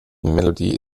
melodie